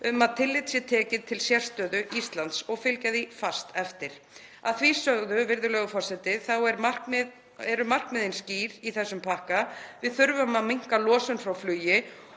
um að tillit sé tekið til sérstöðu Íslands og fylgja því fast eftir. Að því sögðu, virðulegur forseti, þá eru markmiðin skýr í þessum pakka. Við þurfum að minnka losun frá flugi